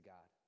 God